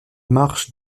marche